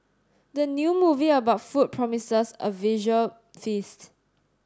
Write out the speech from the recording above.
the new movie about food promises a visual feast